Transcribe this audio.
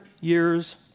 years